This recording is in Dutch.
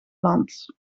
land